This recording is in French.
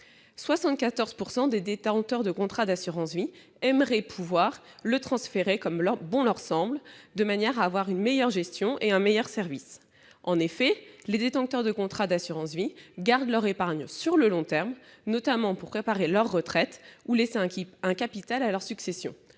74 % des détenteurs de contrat d'assurance vie aimeraient pouvoir transférer celui-ci comme bon leur semble, de manière à avoir une meilleure gestion et un meilleur service. En effet, les détenteurs de contrat gardent leur épargne sur le long terme, notamment pour préparer leur retraite ou laisser un capital à leur succession.